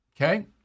Okay